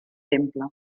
temple